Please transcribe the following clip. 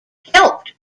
helped